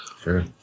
Sure